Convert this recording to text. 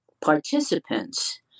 participants